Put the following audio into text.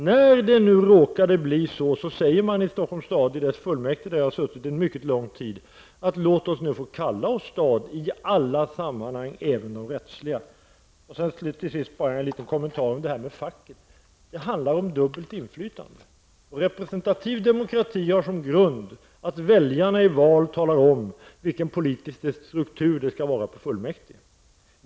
När det nu råkade bli så, säger man i Stockholms stads fullmäktige, där jag har suttit under mycket lång tid: Låt oss nu få kalla Stockholm för stad i alla sammanhang, även de rättsliga! Till sist bara en liten kommentar beträffande facket. Det handlar om dubbelt inflytande. Representativ demokrati har som grund att väljarna i val talar om vilken politisk struktur det skall vara på fullmäktige.